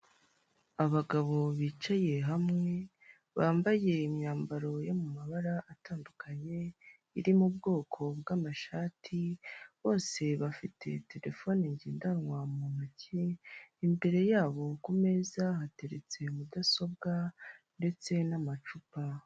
Abagabo bicaye hamwe, bambaye imyambaro yo mu mabara atandukanye, iri mu bwoko bw'amashati, bose bafite telefone ngendanwa mu ntoki, imbere yabo ku meza hateretse mudasobwa ndetse n'amacupa.